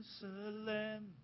Jerusalem